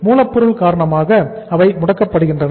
மூலப்பொருள் காரணமாக அவை முடக்கப்படுகின்றன